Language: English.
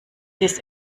this